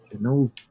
no